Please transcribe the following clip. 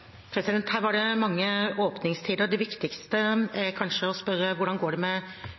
Her var det mange åpningstider. Det viktigste å spørre om, er kanskje hvordan det går med